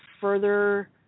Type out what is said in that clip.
further